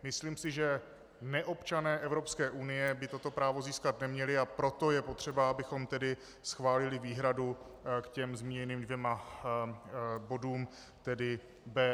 Myslím si, že neobčané Evropské unie by toto právo získat neměli, a proto je potřeba, abychom tedy schválili výhradu ke zmíněným dvěma bodům, tedy B a C.